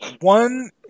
one –